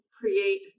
create